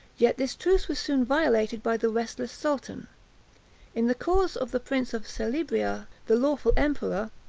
yet this truce was soon violated by the restless sultan in the cause of the prince of selybria, the lawful emperor,